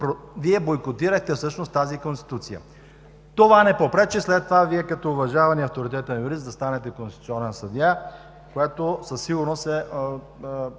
Вие бойкотирахте всъщност тази Конституция. Това не попречи след това Вие, като уважаван и авторитетен юрист, да станете конституционен съдия, което със сигурност е